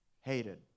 Hated